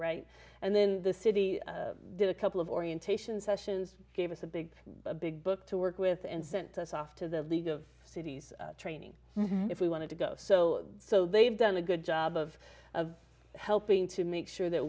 right and then the city did a couple of orientation sessions gave us a big big book to work with and sent us off to the league of cities training if we wanted to go so so they've done a good job of helping to make sure that